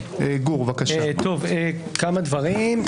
כמה דברים.